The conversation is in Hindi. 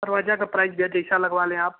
दरवाजा का प्राइस भैया जैसा लगवा लें आप